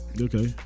Okay